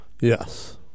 Yes